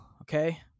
okay